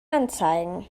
anzeigen